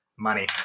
money